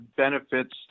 benefits